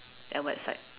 and website